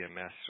EMS